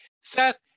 Seth